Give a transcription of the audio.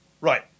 Right